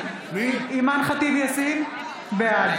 (קוראת בשם חברת הכנסת) אימאן ח'טיב יאסין, בעד